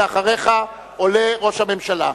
אחריך עולה ראש הממשלה.